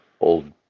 old